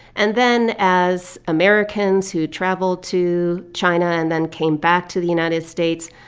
and then, as americans who traveled to china and then came back to the united states,